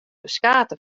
ferskate